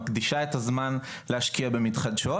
מקדישה את הזמן להשקיע במתחדשות,